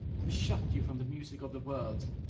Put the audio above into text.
have shut you from the music of the world.